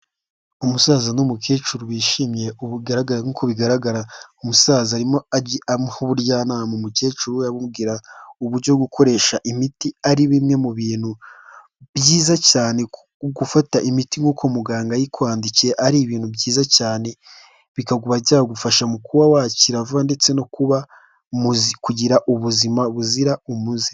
Umusaza n'umukecuru bishimye, ubugaragara nk'uko bigaragara, umusaza arimo amuha ubujyanama, umukecuru amubwira uburyo gukoresha imiti ari bimwe mu bintu byiza cyane, gufata imiti nk'uko muganga yayikwandikiye ari ibintu byiza cyane, bikaguha cyangwa bikagufasha mu kuba wakira vuba, ndetse no kuba muzu kugira ubuzima buzira umuze.